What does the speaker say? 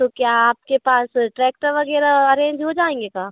तो क्या आप के पास ट्रैकटर वग़ैरह अरेंज हो जाएंगे क्या